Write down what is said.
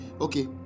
Okay